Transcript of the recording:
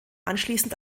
anschließend